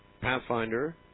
Pathfinder